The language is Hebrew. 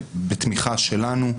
בתמיכה שלנו,